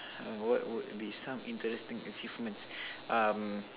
what would be some interesting achievements um